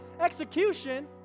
execution